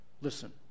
listen